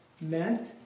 meant